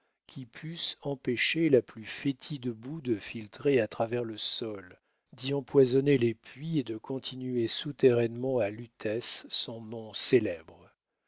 qui pussent empêcher la plus fétide boue de filtrer à travers le sol d'y empoisonner les puits et de continuer souterrainement à lutèce son nom célèbre